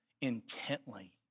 intently